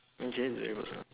okay it's very personal